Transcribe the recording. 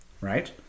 right